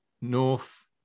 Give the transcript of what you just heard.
North